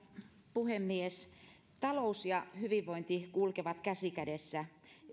puhemies talous ja hyvinvointi kulkevat käsi kädessä